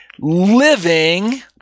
living